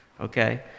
okay